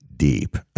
deep